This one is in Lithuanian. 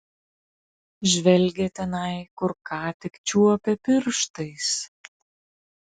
žvelgė tenai kur ką tik čiuopė pirštais